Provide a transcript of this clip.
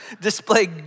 display